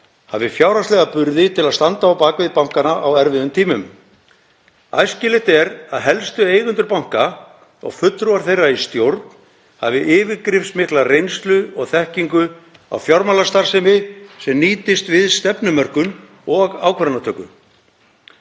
hafi fjárhagslega burði til að standa á bak við bankana á erfiðum tímum. Æskilegt er að helstu eigendur banka, og fulltrúar þeirra í stjórn, hafi yfirgripsmikla reynslu og þekkingu á fjármálastarfsemi sem nýtist við stefnumörkun og ákvarðanatöku.“